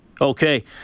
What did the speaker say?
Okay